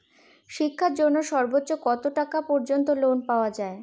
শিক্ষার জন্য সর্বোচ্চ কত টাকা পর্যন্ত লোন পাওয়া য়ায়?